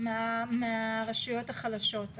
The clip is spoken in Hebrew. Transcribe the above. מהרשויות החלשות.